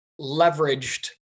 leveraged